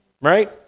right